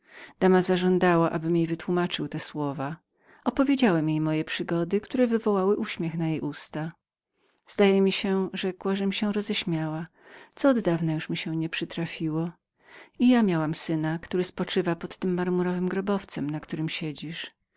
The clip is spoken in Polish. dama żądała abym jej wytłumaczył te słowa opowiedziałem jej moje przygody które wywołały uśmiech na jej usta zdaje mi się rzekła żem się roześmiała co od dawna już mi się nie przytrafiło i ja miałam syna który spoczywa pod tym grobowcem